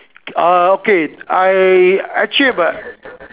uh okay I actually but